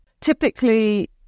typically